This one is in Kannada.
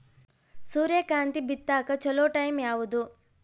ಸೂರ್ಯಕಾಂತಿ ಬಿತ್ತಕ ಚೋಲೊ ಟೈಂ ಯಾವುದು?